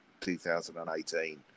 2018